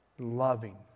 Loving